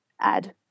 add